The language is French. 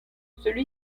celui